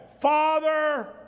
Father